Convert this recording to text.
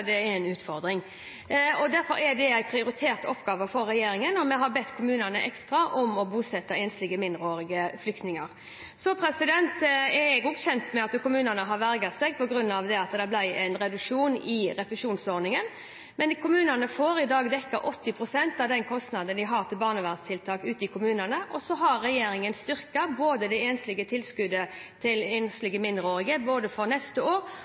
det er en utfordring. Derfor er det en prioritert oppgave for regjeringen, og vi har bedt kommunene ekstra om å bosette enslige mindreårige flyktninger. Så er også jeg kjent med at kommunene har vegret seg på grunn av at det ble en reduksjon i refusjonsordningen. Kommunene får i dag dekket 80 pst. av den kostnaden de har til barnevernstiltak ute i kommunene. Så har regjeringen styrket tilskuddet til de enslige mindreårige for neste år,